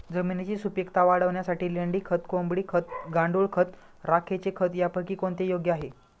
जमिनीची सुपिकता वाढवण्यासाठी लेंडी खत, कोंबडी खत, गांडूळ खत, राखेचे खत यापैकी कोणते योग्य आहे?